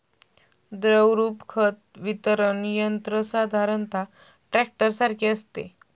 द्रवरूप खत वितरण यंत्र साधारणतः टँकरसारखे असते